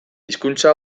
hizkuntza